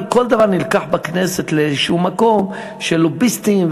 כל דבר נלקח בכנסת לאיזשהו מקום של לוביסטים,